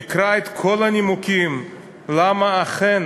יקרא את כל הנימוקים למה אכן